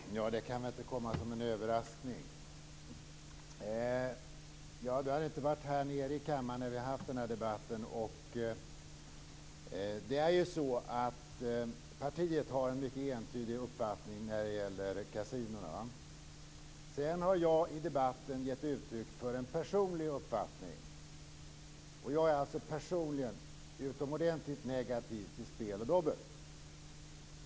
Fru talman! Det kan väl inte komma som en överraskning. Du har inte varit här nere i kammaren medan vi har fört den här debatten. Partiet har en mycket entydig uppfattning när det gäller kasinon. Sedan har jag i debatten gett uttryck för en personlig uppfattning. Jag är alltså personligen utomordentligt negativ till spel och dobbel.